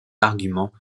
arguments